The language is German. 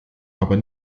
aber